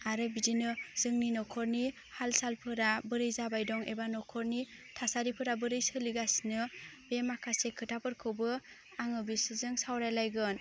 आरो बिदिनो जोंनि न'खरनि हाल सालफोरा बोरै जाबाय दं एबा न'खरनि थासारिफोरा बोरै सोलिगासिनो बे माखासे खोथाफोरखौबो आङो बिसोरजों सावरायलायगोन